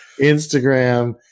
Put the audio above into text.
Instagram